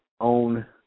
own